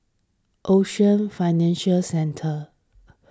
Ocean Financial Centre